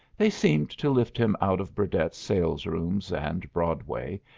they seemed to lift him out of burdett's salesrooms and broadway,